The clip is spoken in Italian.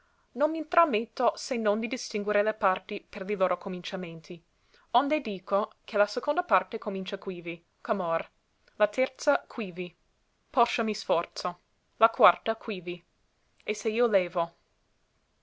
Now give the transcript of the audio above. non m'intrametto se non di distinguere le parti per li loro cominciamenti onde dico che la seconda parte comincia quivi ch'amor la terza quivi poscia mi sforzo la quarta quivi e se io levo